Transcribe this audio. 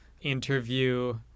interview